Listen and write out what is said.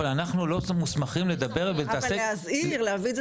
אבל אנחנו לא מוסמכים לדבר ולהתעסק על זה.